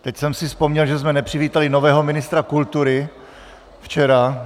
Teď jsem si vzpomněl, že jsme nepřivítali nového ministra kultury včera.